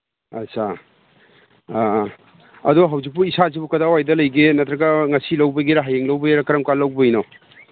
ꯑꯁꯥ ꯑꯗꯣ ꯍꯧꯖꯤꯛꯄꯨ ꯏꯁꯥꯁꯤꯕꯨ ꯀꯗꯥꯏꯋꯥꯏꯗ ꯂꯩꯒꯦ ꯅꯠꯇ꯭ꯔꯒ ꯉꯁꯤ ꯂꯧꯕꯒꯤꯔꯥ ꯍꯌꯦꯡ ꯂꯧꯕꯩꯔꯥ ꯀꯔꯝꯀꯥꯟ ꯂꯧꯕꯒꯤꯅꯣ